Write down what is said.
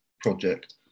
project